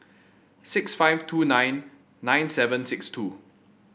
six five two nine nine seven six two